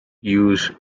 use